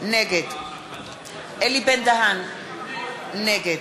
נגד אלי בן-דהן, נגד